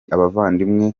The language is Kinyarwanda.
abavandimwe